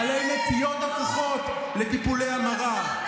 בעלי נטיות הפוכות לטיפולי המרה,